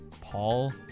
Paul